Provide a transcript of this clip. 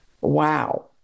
wow